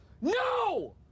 No